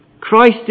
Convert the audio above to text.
Christ